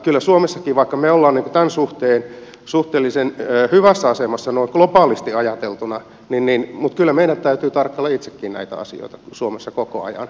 kyllä suomessakin vaikka me olemme tämän suhteen suhteellisen hyvässä asemassa noin globaalisti ajateltuna meidän täytyy tarkkailla itsekin näitä asioita koko ajan